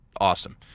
Awesome